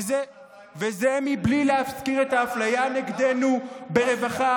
וזה בלי להזכיר את האפליה נגדנו ברווחה